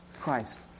Christ